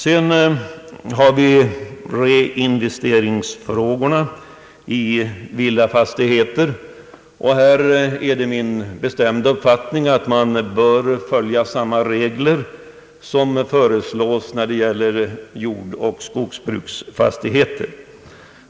I fråga om reinvesteringar i villafastigheter är det min bestämda uppfattning att man bör följa samma regler som föreslås beträffande jordoch skogsbruksfastigheter.